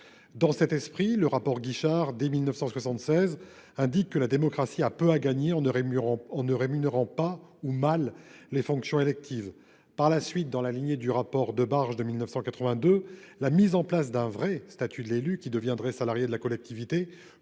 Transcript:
Dans cet esprit, dès 1976, le rapport Guichard indiquait que la démocratie aurait peu à gagner en ne rémunérant pas, ou en rémunérant mal, les fonctions électives. Par la suite, dans la lignée du rapport Debarge de 1982, la mise en place d'un vrai statut de l'élu, qui deviendrait salarié de la collectivité,